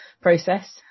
process